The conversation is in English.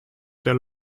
their